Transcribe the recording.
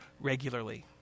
regularly